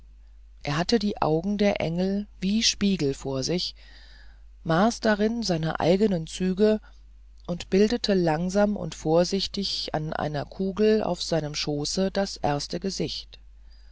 er hatte die augen der engel wie spiegel vor sich maß darin seine eigenen züge und bildete langsam und vorsichtig an einer kugel auf seinem schooße das erste gesicht